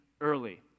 early